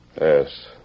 Yes